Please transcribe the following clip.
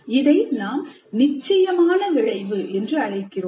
இதை நாம் நிச்சயமான விளைவு என்று அழைக்கிறோம்